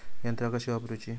यंत्रा कशी वापरूची?